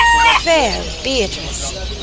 fair beatrice,